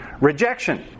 Rejection